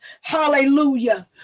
hallelujah